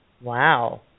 Wow